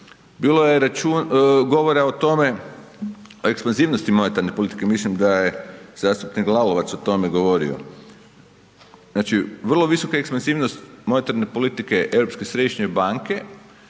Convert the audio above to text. bilo je govora o tome o ekspanzivnosti monetarne politike. Mislim da je zastupnik Lalovac o tome govorio. Znači, vrlo vrlo visoka ekspanzivnost monetarne politike Europske središnje banke.